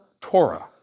Torah